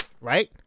right